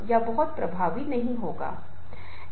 भाषा के भीतर एक भाषा होती है